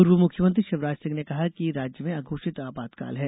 पूर्व मुख्यमंत्री शिवराज सिंह ने कहा कि राज्य में अघोषित आपातकाल है